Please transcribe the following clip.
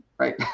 Right